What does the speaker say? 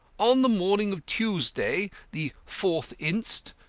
on the morning of tuesday, the fourth inst,